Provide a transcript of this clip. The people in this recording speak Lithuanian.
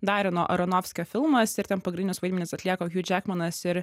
dareno aronofskio filmas ir ten pagrindinius vaidmenis atlieka hiu džekmanas ir